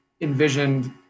envisioned